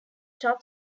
top